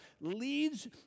leads